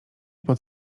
pod